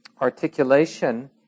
articulation